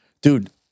dude